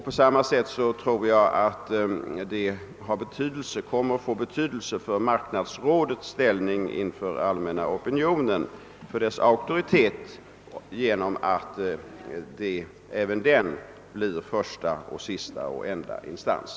På samma sätt tror jag att det är mycket värdefullt för marknadsrådets auktoritet och ställning inför den allmänna opinionen om rådet blir första och sista instans.